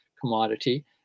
commodity